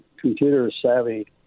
computer-savvy